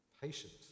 patient